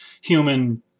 human